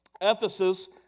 Ephesus